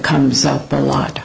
comes up a lot